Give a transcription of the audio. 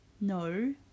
No